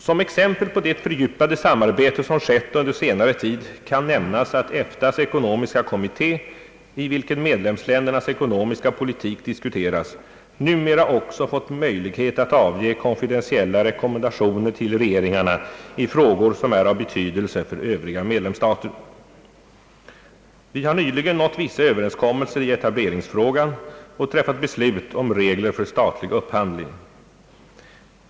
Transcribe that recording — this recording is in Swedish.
Som exempel på det fördjupade samarbete som skett under senare tid kan nämnas att EFTA:s ekonomiska kommitté, i vilken medlemsländernas ekonomiska politik diskuteras, numera också fått möjlighet att avge konfidentiella rekommendationer till regeringarna i frågor som är av betydelse för övriga medlemsstater. Vi har nyligen nått vissa överenskommelser i etableringsfrågan och träffat beslut om regler för statlig upphandling.